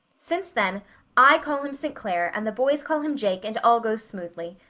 since then i call him st. clair and the boys call him jake and all goes smoothly.